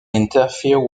interfere